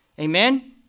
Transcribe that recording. Amen